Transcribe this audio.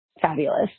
fabulous